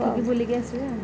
ଦେଖିକି ବୁଲିକି ଆସିବେ ଆଉ